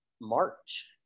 March